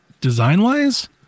design-wise